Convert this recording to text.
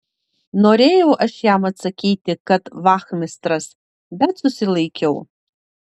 norėjau aš jam atsakyti kad vachmistras bet susilaikiau